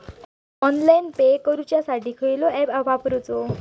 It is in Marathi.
ऑनलाइन पे करूचा साठी कसलो ऍप वापरूचो?